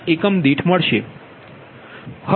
5 એકમ દીઠ મળશે